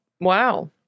Wow